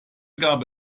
gab